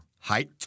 Height